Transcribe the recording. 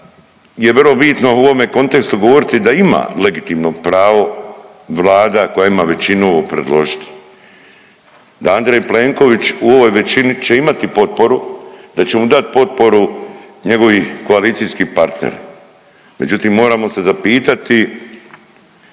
je vrlo bitno u ovome kontekstu govoriti da ima legitimno pravo Vlada koja ima većinu ovo predložiti da Andrej Plenković u ovoj većini će imati potporu, da će mu dat potporu njegov koalicijski partner. Međutim, moramo se zapitati